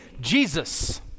Jesus